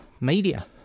media